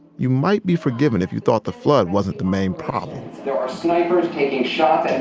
you might be forgiven if you thought the flood wasn't the main problem there are snipers taking shots